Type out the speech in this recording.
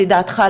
לדעתך,